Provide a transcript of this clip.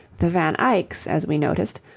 the van eycks, as we noted,